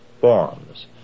forms